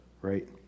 right